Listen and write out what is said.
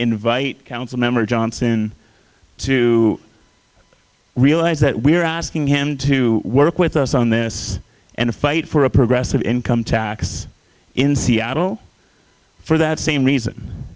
invite council member johnson to realize that we're asking him to work with us on this and fight for a progressive income tax in seattle for that same reason